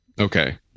Okay